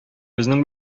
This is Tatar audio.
безнең